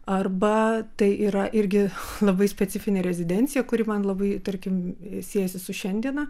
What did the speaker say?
arba tai yra irgi labai specifinė rezidencija kuri man labai tarkim siejasi su šiandiena